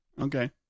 Okay